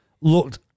looked